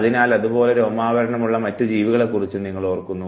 അതിനാൽ അതുപോലെ രോമാവരണമുള്ള മറ്റു ജീവികളെക്കുറിച്ചും നിങ്ങൾ ഓർക്കുന്നു